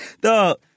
Dog